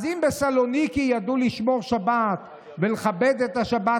אז אם בסלוניקי ידעו לשמור שבת ולכבד את השבת,